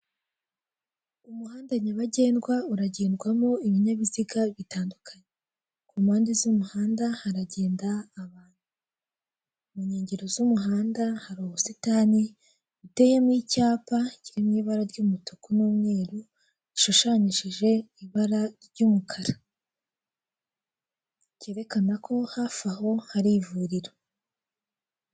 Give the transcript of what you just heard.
Umuhanda nyabagendwa uragendwamo ibinyabiziga bitandukanye, ku mpande z'umuhanda haragenda abantu. Mu nkengero z'umuhanda hari ubusitani buteyemo icyapa kirimo ibara ry'umutuku n'umweru bishushanyishije ibara ry'umukara ryerekana ko hafi aho hari ivuriro.